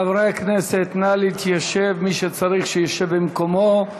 חברי הכנסת, נא להתיישב, מי שצריך, שישב במקומו.